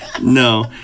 no